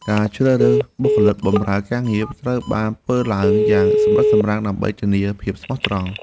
ការជ្រើសរើសបុគ្គលិកបម្រើការងារត្រូវបានធ្វើឡើងយ៉ាងសម្រិតសម្រាំងដើម្បីធានាភាពស្មោះត្រង់។